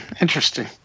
Interesting